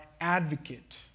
advocate